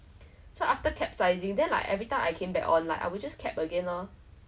and then the sea training I was like shaking and shaking like just kept like shaking cause I was so scared I think